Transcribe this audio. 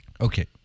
Okay